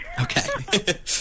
Okay